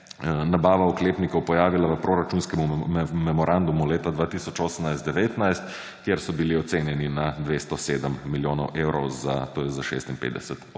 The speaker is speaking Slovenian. nabava oklepnikov pojavila v proračunskem memorandumu leta 2018−2019, kjer so bili ocenjeni na 207 milijonov evrov, to je za 56 oklepnikov.